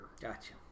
Gotcha